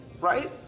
Right